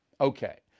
Okay